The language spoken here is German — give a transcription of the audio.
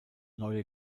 neue